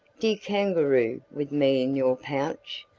dear kangaroo, with me in your pouch.